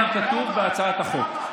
גם זה כתוב בהצעת החוק.